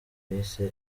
yise